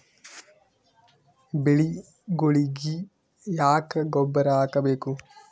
ಬೆಳಿಗೊಳಿಗಿ ಯಾಕ ಗೊಬ್ಬರ ಹಾಕಬೇಕು?